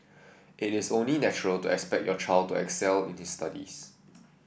it is only natural to expect your child to excel it studies